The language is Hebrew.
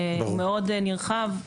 הוא מאוד נרחב,